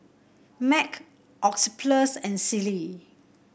Mac Oxyplus and Sealy